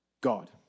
God